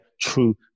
true